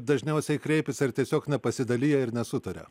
dažniausiai kreipiasi ar tiesiog nepasidalija ir nesutaria